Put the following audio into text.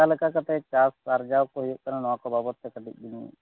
ᱚᱠᱟ ᱞᱮᱠᱟ ᱠᱟᱛᱮ ᱪᱟᱥ ᱟᱨᱠᱟᱣ ᱠᱚ ᱦᱩᱭᱩᱜ ᱠᱟᱱᱟ ᱱᱚᱣᱟ ᱠᱚ ᱵᱟᱵᱚᱛᱮ ᱠᱟᱹᱴᱤᱡ ᱵᱮᱱ